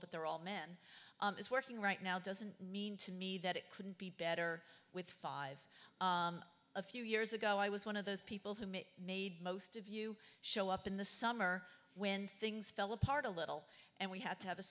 that they're all men is working right now doesn't mean to me that it couldn't be better with five a few years ago i was one of those people who made most of you show up in the summer when things fell apart a little and we had to have a